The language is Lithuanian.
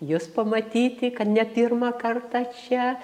jus pamatyti kad ne pirmą kartą čia